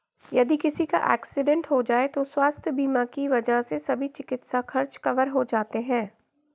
यदि किसी का एक्सीडेंट हो जाए तो स्वास्थ्य बीमा की वजह से सभी चिकित्सा खर्च कवर हो जाते हैं